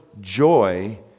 joy